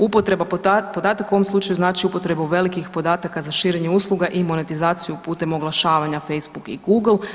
Upotreba podataka u ovom slučaju znači upotrebu velikih podataka za širenje usluga i monetizaciju putem oglašavanja Facebook i Google.